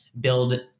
build